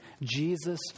Jesus